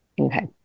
Okay